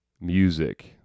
music